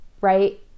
right